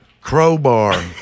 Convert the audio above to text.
Crowbar